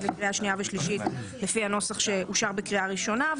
לקריאה שנייה ושלישית לפי הנוסח שאושר בקריאה הראשונה.